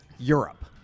Europe